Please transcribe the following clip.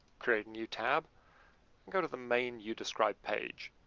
create a new tab and go to the main youdescribe page.